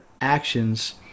actions